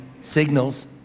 signals